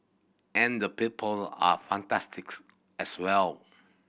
and the people are fantastic as well